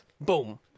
Boom